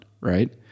right